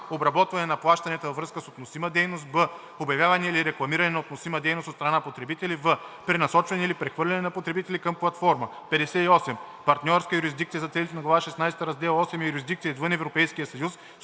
обработване на плащания във връзка с относима дейност; б) обявяване или рекламиране на относима дейност от страна на потребители; в) пренасочване или прехвърляне на потребители към платформа. 58. „Партньорска юрисдикция“ за целите на глава шестнадесета, раздел VIII е юрисдикция извън Европейския съюз,